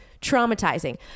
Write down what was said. traumatizing